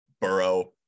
Burrow